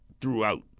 throughout